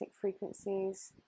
frequencies